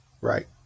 right